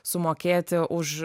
sumokėti už